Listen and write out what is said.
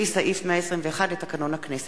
לפי סעיף 121 לתקנון הכנסת.